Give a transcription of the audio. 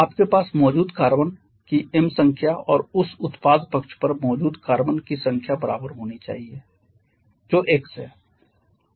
आपके पास मौजूद कार्बन की m संख्या और उस उत्पाद पक्ष पर मौजूद कार्बन की संख्या के बराबर होना चाहिए जो x है